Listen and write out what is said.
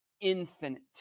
infinite